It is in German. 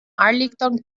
arlington